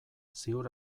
ziur